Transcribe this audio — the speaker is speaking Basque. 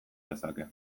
lezake